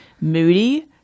moody